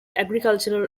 agricultural